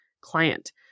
client